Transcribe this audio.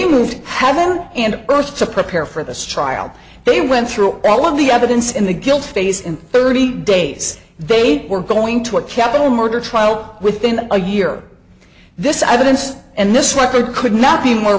moved heaven and earth to prepare for this trial they went through all of the evidence in the guilt phase in thirty days they were going to a capital murder trial within a year this evidence and this record could not be more